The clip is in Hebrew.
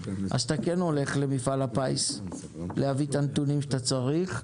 תלך למפעל הפיס להביא את הנתונים שאתה צריך,